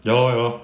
ya lor ya lor